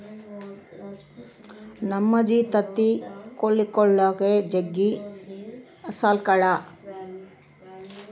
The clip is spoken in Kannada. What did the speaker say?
ನಮ್ಮಜ್ಜಿ ತತ್ತಿ ಕೊಳಿಗುಳ್ನ ಜಗ್ಗಿ ಸಾಕ್ಯಳ